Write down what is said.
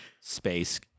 space